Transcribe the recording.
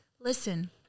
Listen